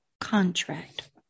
contract